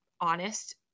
honest